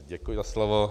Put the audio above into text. Děkuji za slovo.